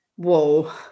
whoa